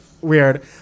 weird